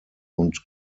und